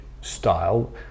style